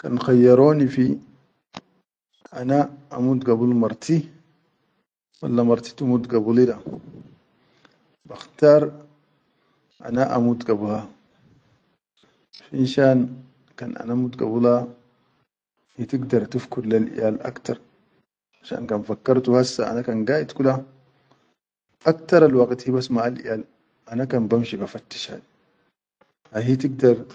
Kan khayyaroni fi ana amut gabul mart, wallla marti tamut gabuli da, bakhtar ana amut gabula, finshan kan ana mut gabula, hi tigdar tifkur lel iyal akhtar finshan kan fakkar tu hassa ana kan gayid kula akhtarral waqit hibas maʼal iyal ana kan bamshi ba fattish hadi ha hi tigdar.